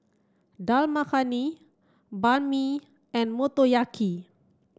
Dal Makhani Banh Mi and Motoyaki